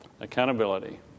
Accountability